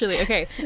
okay